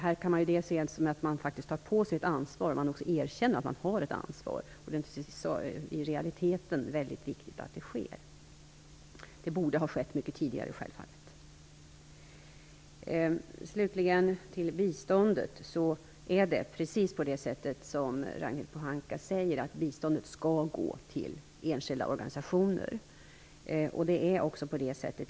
Det kan ses som att man faktiskt tar på sig, och erkänner att man har, ett ansvar. Det är naturligtvis i realiteten väldigt viktigt att det sker. Det borde självfallet ha skett mycket tidigare. Slutligen till biståndet. Det är precis på det sätt som Ragnhild Pohanka säger. Biståndet skall gå till enskilda organisationer. Det är också på det sättet.